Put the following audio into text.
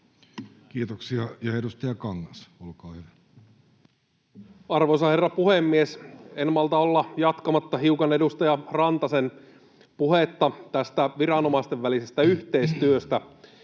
Kiitoksia. — Ja edustaja Kangas, olkaa hyvä. Arvoisa herra puhemies! En malta olla jatkamatta hiukan edustaja Rantasen puhetta tästä viranomaisten välisestä yhteistyöstä.